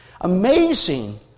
Amazing